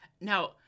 Now